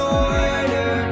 order